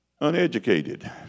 uneducated